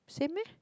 same meh